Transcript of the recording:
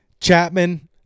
Chapman